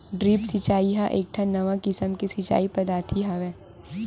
drip सिचई ह एकठन नवा किसम के सिचई पद्यति हवय